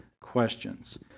questions